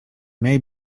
may